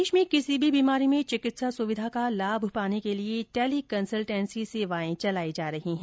प्रदेश में किसी भी बीमारी में चिकित्सा सुविधा का लाभ पाने के लिए टेली कंसलटेंसी सेवाए चलाई जा रही हैं